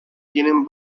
tienen